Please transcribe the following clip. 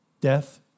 Death